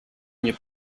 nie